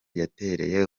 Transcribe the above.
yatereye